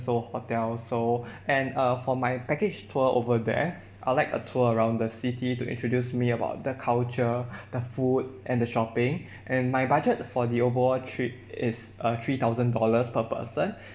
seoul hotel seoul and uh for my package tour over there I'll like a tour around the city to introduce me about the culture the food and the shopping and my budget for the overall trip is uh three thousand dollars per person